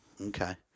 Okay